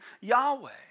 Yahweh